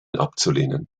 abzulehnen